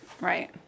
right